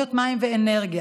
טכנולוגיות מים ואנרגיה,